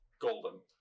Golden